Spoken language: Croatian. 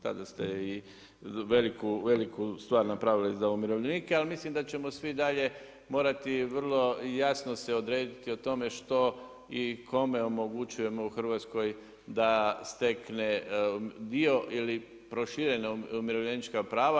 Tada ste i veliku stvar napravili za umirovljenike, ali mislim da ćemo svi dalje morati vrlo jasno se odrediti o tome što i kome omogućujemo u Hrvatskoj da stekne dio ili proširena umirovljenička prava.